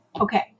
okay